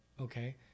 Okay